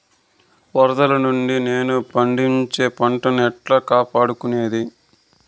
వరదలు నుండి నేను పండించే పంట ను ఎట్లా కాపాడుకునేది?